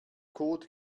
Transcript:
code